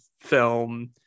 film